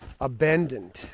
abandoned